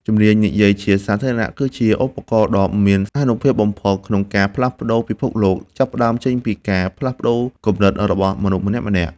ជំនាញនិយាយជាសាធារណៈគឺជាឧបករណ៍ដ៏មានអានុភាពបំផុតក្នុងការផ្លាស់ប្តូរពិភពលោក ចាប់ផ្ដើមចេញពីការផ្លាស់ប្តូរគំនិតរបស់មនុស្សម្នាក់ៗ។